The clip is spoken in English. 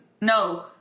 no